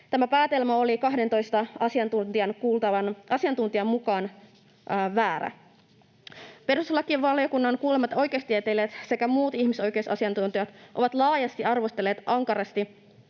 Tämä päätelmä oli kahdentoista asiantuntijan mukaan väärä. Perustuslakivaliokunnan kuulemat oikeustieteilijät sekä muut ihmisoikeusasiantuntijat ovat laajasti arvostelleet ankarasti